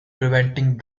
preventing